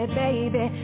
baby